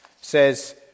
says